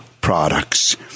products